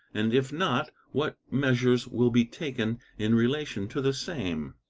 and, if not, what measures will be taken in relation to the same.